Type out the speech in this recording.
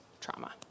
trauma